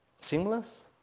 Seamless